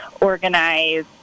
organize